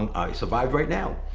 um i survive right now.